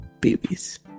babies